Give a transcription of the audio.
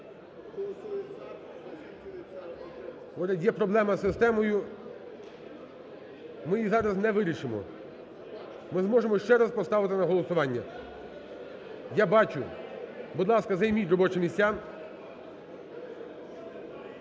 Є проблема з системою, ми її зараз не вирішимо, ми зможемо ще раз поставити на голосування. Я бачу. Будь ласка, займіть робочі місця.